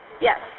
Yes